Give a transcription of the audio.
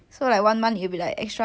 ya very expensive